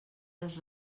les